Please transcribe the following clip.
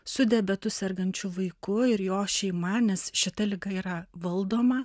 su diabetu sergančiu vaiku ir jo šeima nes šita liga yra valdoma